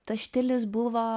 tas štilis buvo